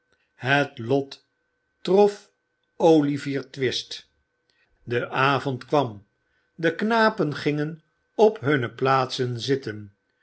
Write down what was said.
het lot trof olivier twist de avond kwam de knapen gingen op hunne plaatsen zitten